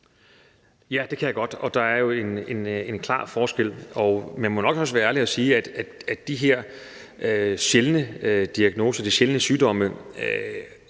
Ja, det kan jeg godt. Der er jo en klar forskel, men jeg må nok også være ærlig og sige, at i forhold til de her sjældne diagnoser, de sjældne sygdomme,